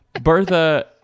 Bertha